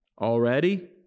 Already